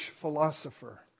philosopher